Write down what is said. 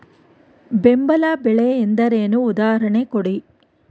ಬೆಂಬಲ ಬೆಲೆ ಎಂದರೇನು, ಉದಾಹರಣೆ ಕೊಡಿ?